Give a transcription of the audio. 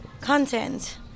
Content